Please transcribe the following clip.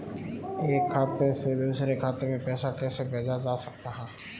एक खाते से दूसरे खाते में पैसा कैसे भेजा जा सकता है?